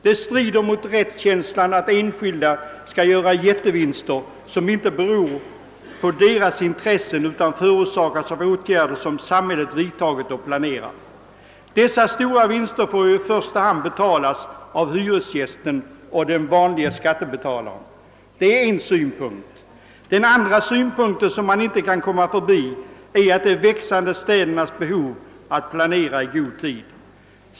Det strider mot rättskänslan att enskilda skall göra jättevinster som inte beror på deras intressen utan förorsakas av åtgärder som samhället vidtagit och planerat. Dessa stora vinster får i första hand betalas av hyresgästen och den vanlige skattebetalaren. Det är en synpunkt. Den andra synpunkten som man inte kan komma förbi är de växande städernas behov att planera i god tid.